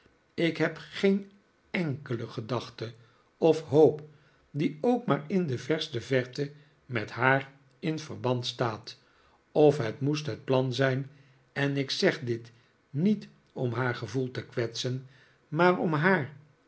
ik heb geen enkele gedachte of hoop die ook maar in de verste verte met haar in verband staat of het moest het plan zijn en ik zeg dit niet om haar gevoel te kwetsen maar om haar